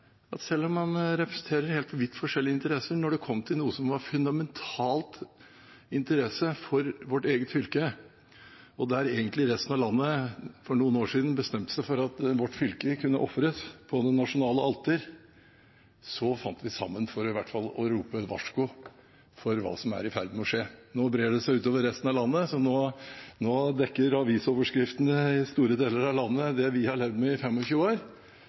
at selv om man representerer vidt forskjellige interesser, kan man, når det kommer til noe som er av fundamental interesse for vårt eget fylke – en sak hvor resten av landet for noen år siden egentlig bestemte seg for at vårt fylke kunne ofres på det nasjonale alteret – finne sammen for i hvert fall å rope et varsko om hva som er i ferd med å skje. Nå brer det seg utover resten av landet, nå dekker avisene i store deler av landet det som vi har levd med i 25 år.